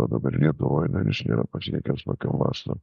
o dabar lietuvoj dar jis nėra pasiekęs tokio masto